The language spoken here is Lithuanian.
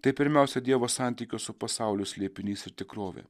tai pirmiausia dievo santykio su pasauliu slėpinys ir tikrovė